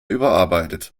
überarbeitet